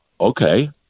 okay